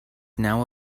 now